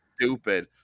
stupid